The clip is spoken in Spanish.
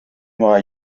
nueva